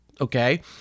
okay